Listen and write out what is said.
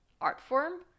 Artform